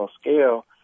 scale